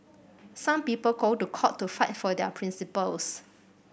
some people go to court to fight for their principles